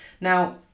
Now